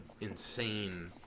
insane